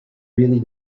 really